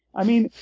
i mean